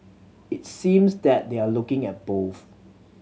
it seems that they're looking at both